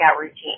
routine